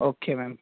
okay ma'am